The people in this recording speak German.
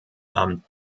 amt